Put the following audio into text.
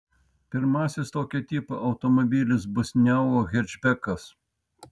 pirmasis tokio tipo automobilis bus neo hečbekas